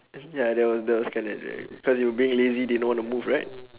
ya that was that was kinda cause you were being lazy didn't want to move right